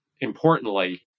importantly